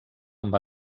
amb